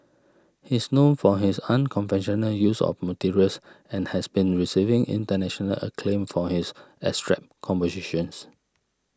he is known for his unconventional use of materials and has been receiving international acclaim for his abstract compositions